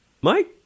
Mike